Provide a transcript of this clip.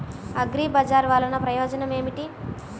అగ్రిబజార్ వల్లన ప్రయోజనం ఏమిటీ?